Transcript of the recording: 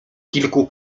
kilku